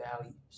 values